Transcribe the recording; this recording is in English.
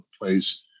place